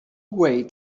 way